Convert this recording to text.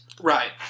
Right